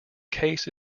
case